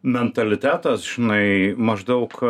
mentalitetas žinai maždaug